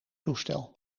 toestel